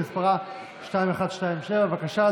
שמספרה 2127. בבקשה,